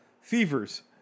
fevers